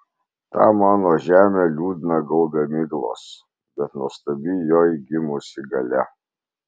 tą mano žemę liūdną gaubia miglos bet nuostabi joj gimusi galia